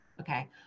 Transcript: Okay